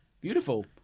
Beautiful